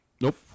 Nope